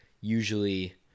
usually